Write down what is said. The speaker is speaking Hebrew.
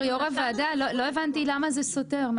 יושב-ראש הוועדה, לא הבנתי למה זה סותר.